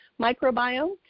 microbiome